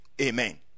Amen